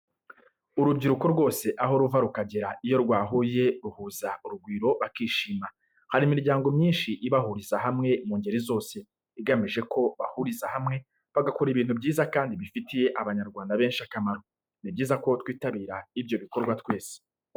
Urubyiruko rwose aho ruva rukagera iyo rwahuye ruhuza urugwiro bakishima. Hari imiryango myinshi ibahuriza hamwe mu ngeri zose, igamije ko bahuriza hamwe bagakora ibintu byiza kandi bifitiye Abanyarwanda benshi akamaro. Ni byiza ko twitabira ibyo bikorwa twese.